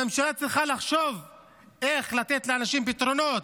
הממשלה צריכה לחשוב איך לתת לאנשים פתרונות,